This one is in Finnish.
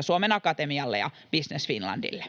Suomen Akatemialle ja Business Finlandille.